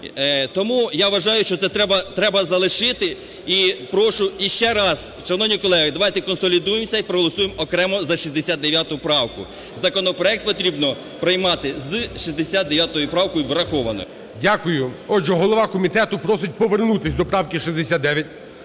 Тому я вважаю, що це треба залишити. І прошу ще раз, шановні колеги, давайте консолідуємося і проголосуємо окремо за 69 правку. Законопроект потрібно приймати з 69 правкою врахованою. ГОЛОВУЮЧИЙ. Дякую. Отже, голова комітету просить повернутись до правки 69.